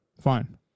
fine